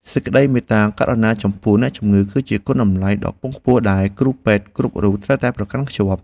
សេចក្តីមេត្តាករុណាចំពោះអ្នកជំងឺ គឺជាគុណតម្លៃដ៏ខ្ពង់ខ្ពស់ដែលគ្រូពេទ្យគ្រប់រូបត្រូវតែប្រកាន់ខ្ជាប់។